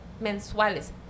mensuales